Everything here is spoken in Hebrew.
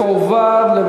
התשע"ד 2013,